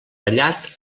tallat